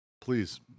Please